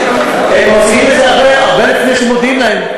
הם מוציאים את זה הרבה לפני שמודיעים להם.